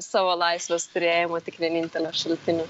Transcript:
savo laisvės turėjimo tik vienintelio šaltinio